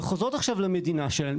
הן חוזרות עכשיו למדינה שלהן,